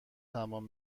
تمام